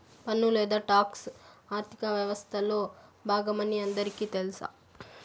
పన్ను లేదా టాక్స్ ఆర్థిక వ్యవస్తలో బాగమని అందరికీ తెల్స